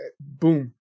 Boom